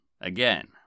Again